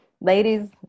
Ladies